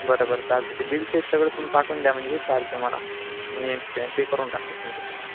बरं बरं चालते ते बिलसहित सगळं तुम्ही पाठवून द्या म्हणजे चालते मला मी पे पे करून टाकतो तुमचं ते